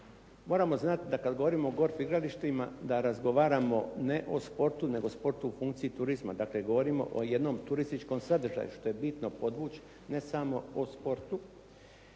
Moramo znati da kada govorimo o golf igralištima da razgovaramo ne o sportu, nego o sportu u funkciji turizma. Dakle, govorimo o jednom turističkom sadržaju što je bitno podvući, ne samo o sportu.